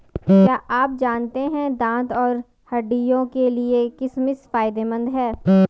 क्या आप जानते है दांत और हड्डियों के लिए किशमिश फायदेमंद है?